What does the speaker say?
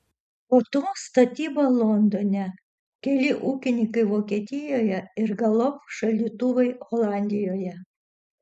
po to statyba londone keli ūkininkai vokietijoje ir galop šaldytuvai olandijoje